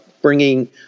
bringing